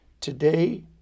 Today